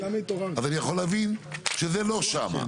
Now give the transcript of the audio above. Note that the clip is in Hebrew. אז אני יכול להבין שזה לא שם.